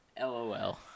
LOL